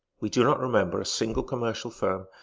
we do not remember a single commercial firm,